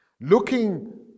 looking